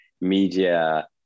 media